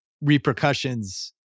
repercussions